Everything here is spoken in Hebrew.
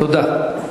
תודה.